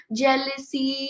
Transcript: jealousy